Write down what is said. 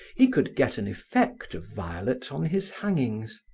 he could get an effect of violet on his hangings.